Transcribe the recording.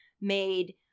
made